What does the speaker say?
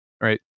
Right